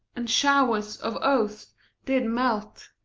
and show'rs of oaths did melt.